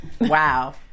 Wow